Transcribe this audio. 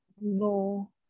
No